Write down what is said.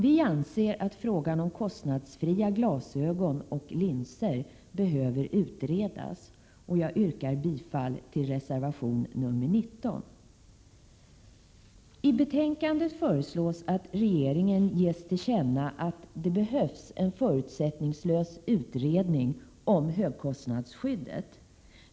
Vi anser att frågan om kostnadsfria glasögon och linser behöver utredas. Jag yrkar bifall till reservation 19. I betänkandet föreslås att regeringen ges till känna att det behövs en förutsättningslös utredning om högkostnadsskyddet.